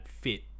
fit